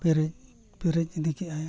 ᱯᱮᱨᱮᱡ ᱯᱮᱨᱮᱡ ᱤᱫᱤ ᱠᱮᱜ ᱟᱭ